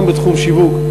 גם בתחום השיווק,